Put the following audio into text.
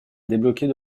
débloquer